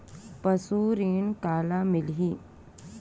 पशु ऋण काला मिलही?